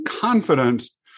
confidence